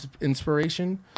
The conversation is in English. inspiration